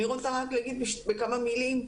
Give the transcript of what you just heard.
אני רוצה להגיד בכמה מילים,